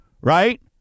right